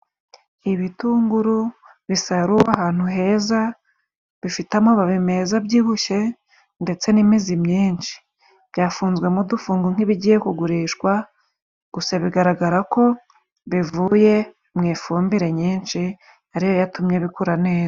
Ibitunguru bisaruwe ahantu heza bifitemo amababi meza abyihushye ndetse n'imizi myinshi, byafunzwemo udufungo nk'ibigiye kugurishwa gusa bigaragara ko bivuye mu ifumbire nyinshi, ariyo yatumye bikura neza.